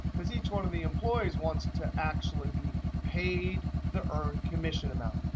because each one of the employees wants to actually be paid the earned commission amount.